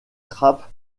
trappes